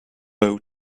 bow